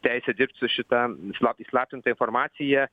teisę dirbt su šita sla įslaptinta informacija